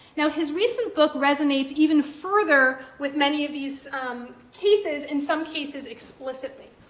now, his recent book resonates even further with many of these cases, in some cases explicitly.